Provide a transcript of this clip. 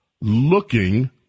looking